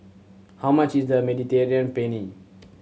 how much is the Mediterranean Penne